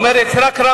במה הוא שיקר?